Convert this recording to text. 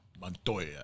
Montoya